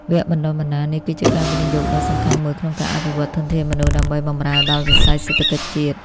វគ្គបណ្តុះបណ្តាលនេះគឺជាការវិនិយោគដ៏សំខាន់មួយក្នុងការអភិវឌ្ឍធនធានមនុស្សដើម្បីបម្រើដល់វិស័យសេដ្ឋកិច្ចជាតិ។